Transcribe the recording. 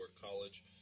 college